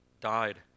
died